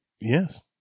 Yes